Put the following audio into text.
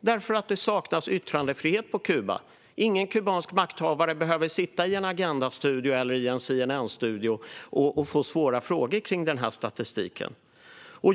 då det saknas yttrandefrihet på Kuba. Ingen kubansk makthavare behöver sitta i en Agendastudio eller i en CNN-studio och få svåra frågor om denna statistik.